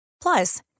Plus